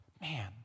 man